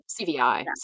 CVI